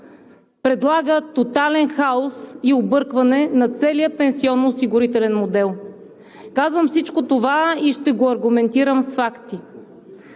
предлага тотален хаос и объркване на целия пенсионноосигурителен модел. Казвам всичко това и ще го аргументирам с факти.